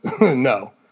no